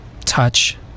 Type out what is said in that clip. touch